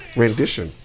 rendition